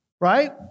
right